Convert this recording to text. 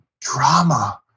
drama